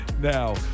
now